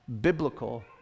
biblical